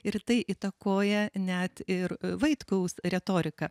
ir tai įtakoja net ir vaitkaus retoriką